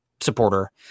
supporter